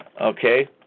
Okay